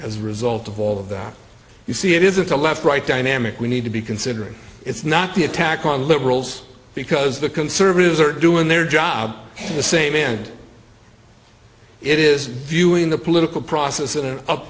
as a result of all of that you see it isn't a left right dynamic we need to be considering it's not the attack on liberals because the conservatives are doing their job in the same end it is viewing the political process in an up